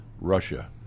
Russia